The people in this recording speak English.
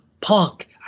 punk